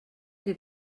què